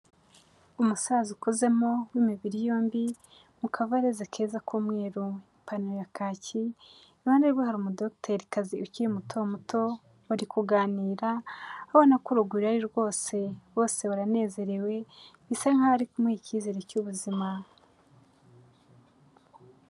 Umusaza ukuzemo w'imibiri yombi mu kavareze keza k'umweru, ipantaro ya kaki, iruhande rwe hari umudogiterikazi ukiri muto muto bari kuganira abona ko urugwiro ari rwose, bose baranezerewe, bisa nkaho ari kumuha icyizere cy'ubuzima.